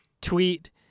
tweet